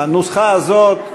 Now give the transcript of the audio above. הנוסחה הזאת,